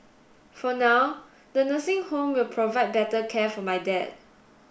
for now the nursing home will provide better care for my dad